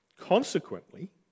consequently